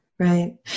Right